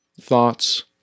thoughts